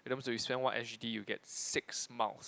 that means when you spend one s_g_d you get six miles